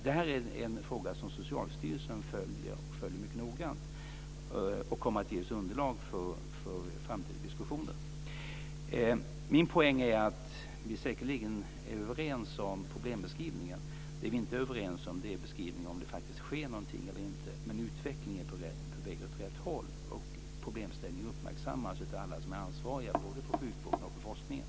Det är en fråga som Socialstyrelsen följer noggrant för att ge oss underlag för framtida diskussioner. Min poäng är att vi säkerligen är överens om problembeskrivningen. Det vi inte är överens om är beskrivningen om det faktiskt sker någonting eller inte, men utvecklingen är på väg åt rätt håll. Problemen uppmärksammas av alla som är ansvariga inom både sjukvården och forskningen.